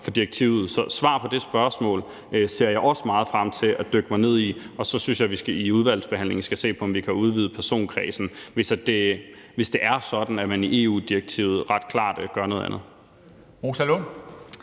fra direktivet. Så svar på det spørgsmål ser jeg også meget frem til at dykke ned i. Og så synes jeg, vi i udvalgsbehandlingen skal se på, om vi kan udvide personkredsen, hvis det er sådan, at man i EU-direktivet ret klart gør noget andet.